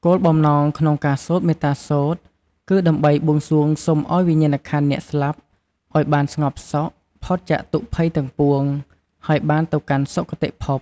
គោលបំណងនៅក្នុងការសូត្រមេត្តាសូត្រ គឺដើម្បីបួងសួងសូមឲ្យវិញ្ញាណក្ខន្ធអ្នកស្លាប់អោយបានស្ងប់សុខ ផុតចាកទុក្ខភ័យទាំងពួង ហើយបានទៅកាន់សុគតិភព។